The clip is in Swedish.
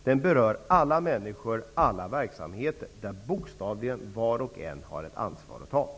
Den berör alla människor och alla verksamheter där, bokstavligen, var och en har att ta ett ansvar.